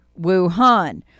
Wuhan